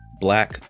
Black